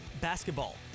basketball